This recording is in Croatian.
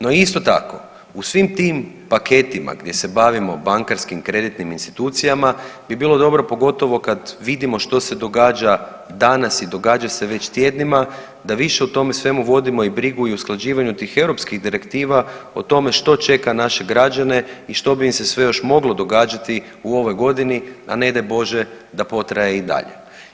No isto tako u svim tim paketima gdje se bavimo bankarskim, kreditnim institucijama bi bilo dobro pogotovo kad vidimo što se događa danas i događa se već tjednima, da više o tome svemu vodimo i brigu i usklađivanje tih europskih direktiva o tome što čeka naše građane i što bi im se sve još moglo događati u ovoj godini, a ne daj bože da potraje i dalje.